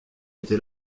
été